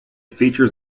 features